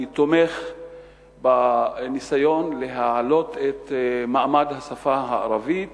אני תומך בניסיון להעלות את מעמד השפה הערבית,